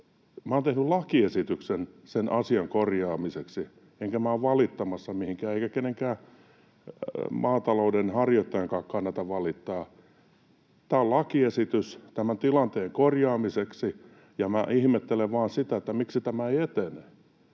olen tehnyt lakiesityksen sen asian korjaamiseksi, enkä minä ole valittamassa mihinkään eikä kenenkään maatalouden harjoittajankaan kannata valittaa. Tämä on lakiesitys tämän tilanteen korjaamiseksi, ja ihmettelen vain sitä, miksi tämä ei etene.